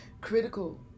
Critical